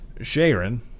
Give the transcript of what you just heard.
Sharon